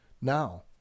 Now